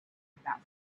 about